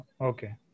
Okay